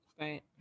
right